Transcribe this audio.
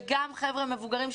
וגם חבר'ה מבוגרים,